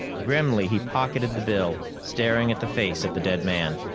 grimly, he pocketed the bill, staring at the face of the dead man.